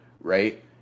right